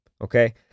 okay